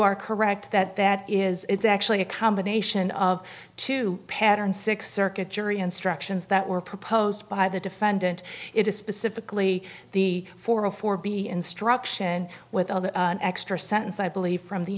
are correct that that is it's actually a combination of two pattern six circuit jury instructions that were proposed by the defendant it is specifically the form of for be instruction with other extra sentence i believe from the